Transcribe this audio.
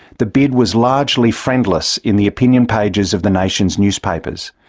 the bid was largely friendless in the opinion pages of the nation's newspapers.